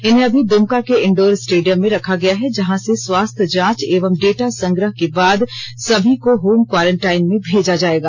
इन्हें अभी द्रमका के इंडोर स्टेडियम में रखा गया है जहां से स्वस्थ जांच एवं डेटा संग्रह के बाद सभी को होम क्वारंटाइन में भेजा जायेगा